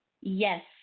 Yes